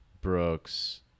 brooks